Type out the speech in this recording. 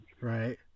Right